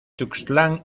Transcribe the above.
tuxtlan